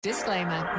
Disclaimer